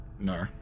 No